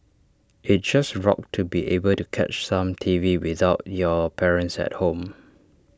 IT just rocked to be able to catch some T V without your parents at home